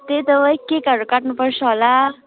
त्यही त अब केकहरू काट्नुपर्छ होला